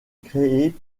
créé